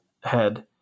head